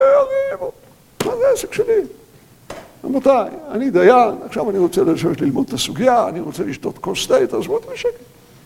מה זה העסק שלי? רבותיי, אני דיין, עכשיו אני רוצה לשבת ללמוד את הסוגיה, אני רוצה לשתות כוס תה, תעזבו אותי בשקט